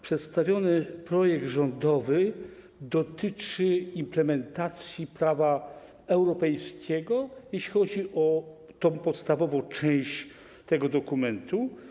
Przedstawiony projekt rządowy dotyczy implementacji prawa europejskiego, jeśli chodzi o tę podstawową część tego dokumentu.